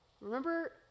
Remember